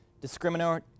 discriminatory